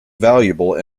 valuable